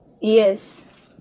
yes